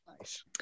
Nice